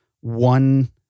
one